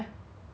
you have meh